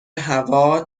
هوا